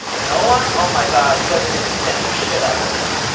no one, oh my god, you guys are gonna spam the shit out of this.